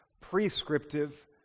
prescriptive